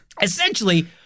Essentially